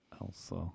Elsa